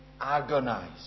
agonize